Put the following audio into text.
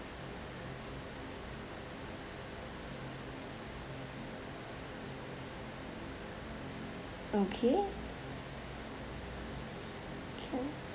okay can